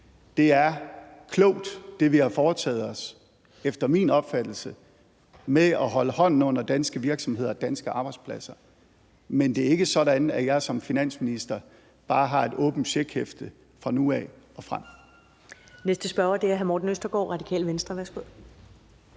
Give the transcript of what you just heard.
tidspunkt. Det, vi har foretaget os, er efter min opfattelse klogt, altså at holde hånden under danske virksomheder og danske arbejdspladser, men det er ikke sådan, at jeg som finansminister bare har et åbent checkhæfte fra nu af og frem.